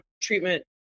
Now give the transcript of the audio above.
treatment